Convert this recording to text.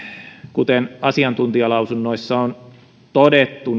kuten asiantuntijalausunnoissa on todettu